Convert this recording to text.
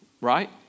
right